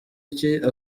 iki